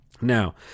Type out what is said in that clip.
Now